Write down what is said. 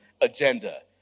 agenda